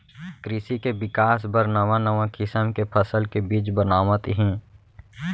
कृसि के बिकास बर नवा नवा किसम के फसल के बीज बनावत हें